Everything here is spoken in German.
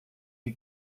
die